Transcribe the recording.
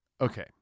Okay